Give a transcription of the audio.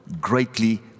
Greatly